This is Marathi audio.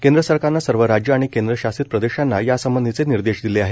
केंद्र सरकारानं सर्व राज्य आणि केंद्रशासित प्रदेशांना यासंबंधीचे निर्देश दिले आहेत